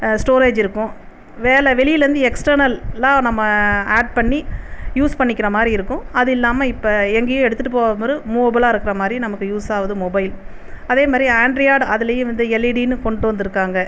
storage இருக்கும் வேலை வெளியிலிருந்து எக்ஸ்டர்னலாக நாம் ஆட் பண்ணி யூஸ் பண்ணிக்கிறமாதிரி இருக்கும் அது இல்லாமல் இப்போ எங்கேயும் எடுத்து கொண்டு போகிறமாதிரி மூவபுள்லாக இருக்கிற மாதிரி நமக்கு யூஸ்சாவுது மொபைல் அதேமாதிரி ஆண்ட்ரியாடு அதிலயே வந்து எல்இடின்னு கொண்டு வந்திருக்காங்க